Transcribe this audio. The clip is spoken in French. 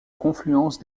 confluence